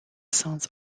sons